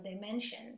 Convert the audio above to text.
dimension